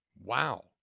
Wow